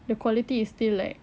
the quality is still like